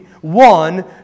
one